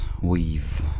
weave